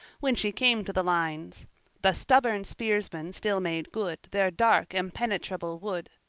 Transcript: when she came to the lines the stubborn spearsmen still made good their dark impenetrable wood,